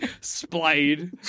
splayed